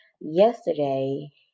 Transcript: yesterday